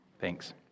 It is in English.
Thanks